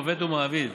עובד ומעביד,